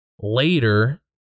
Later